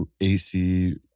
AC